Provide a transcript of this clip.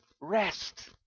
rest